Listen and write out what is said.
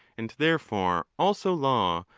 and therefore also law,